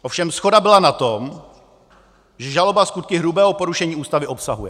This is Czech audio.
Ovšem shoda byla na tom, že žaloba skutky hrubého porušení Ústavy obsahuje.